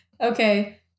Okay